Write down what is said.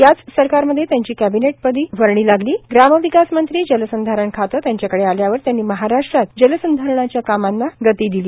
याच सरकारमध्ये त्यांची कॅबिनेटमंत्रीपदी वर्णी लागली ग्रामविकास मंत्रीए जलसंधारण खातं त्यांच्याकडे आल्यावर त्यांनी महाराष्ट्रात जलसंधारणाच्या कामांना गती दिली